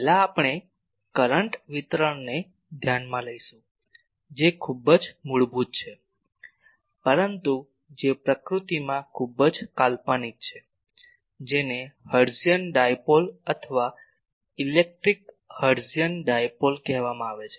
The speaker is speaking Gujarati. પહેલા આપણે કરંટ વિતરણને ધ્યાનમાં લઈશું જે ખૂબ જ મૂળભૂત છે પરંતુ જે પ્રકૃતિમાં ખૂબ જ કાલ્પનિક છે જેને હર્ટઝિયન ડાયપોલ અથવા ઇલેક્ટ્રિક હર્ટઝિયન ડાયપોલ કહેવામાં આવે છે